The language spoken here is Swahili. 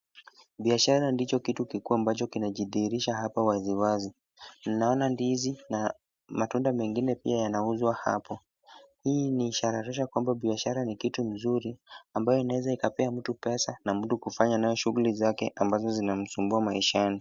Biashara ndicho kitu kikuu ambacho kinajidhihirisa hapa wazi wazi. Naona ndizi na matunda mengine pia yanauzwa hapa. Hii ni ishara tosha kuwa biashara ni kitu mzuri ambayo inaweza ikapea mtu pesa na mtu kufanya nayo shughuli zake ambazo zinamsumbua maishani.